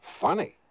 Funny